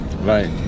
Right